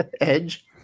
edge